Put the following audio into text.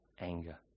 anger